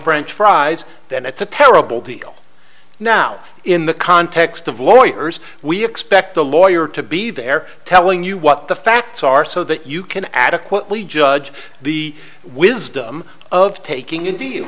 french fries then it's a terrible deal now in the context of lawyers we expect a lawyer to be there telling you what the facts are so that you can adequately judge the wisdom of taking